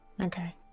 Okay